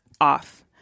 off